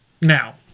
now